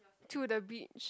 to the beach